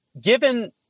given